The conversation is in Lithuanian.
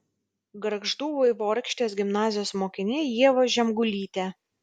gargždų vaivorykštės gimnazijos mokinė ieva žemgulytė